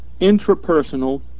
intrapersonal